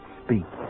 speak